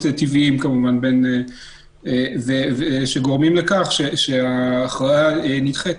טבעיים כמובן, שגורמים לכך שההכרעה נדחית.